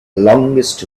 longest